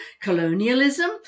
colonialism